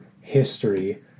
history